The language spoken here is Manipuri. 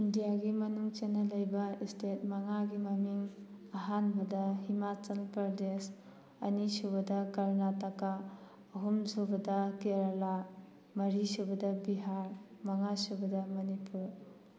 ꯏꯟꯗꯤꯌꯥꯒꯤ ꯃꯅꯨꯡ ꯆꯟꯅ ꯂꯩꯕ ꯏꯁꯇꯦꯠ ꯃꯉꯥꯒꯤ ꯃꯃꯤꯡ ꯑꯍꯥꯟꯕꯗ ꯍꯤꯃꯥꯆꯜ ꯄ꯭ꯔꯗꯦꯁ ꯑꯅꯤꯁꯨꯕꯗ ꯀꯔꯅꯥꯇꯀꯥ ꯑꯍꯨꯝꯁꯨꯕꯗ ꯀꯦꯔꯂꯥ ꯃꯔꯤꯁꯨꯕꯗ ꯕꯤꯍꯥꯔ ꯃꯉꯥꯁꯨꯕꯗ ꯃꯅꯤꯄꯨꯔ